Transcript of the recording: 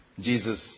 Jesus